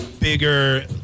bigger